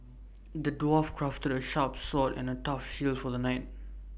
the dwarf crafted A sharp sword and A tough shield for the knight